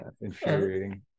infuriating